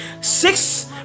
six